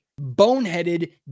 boneheaded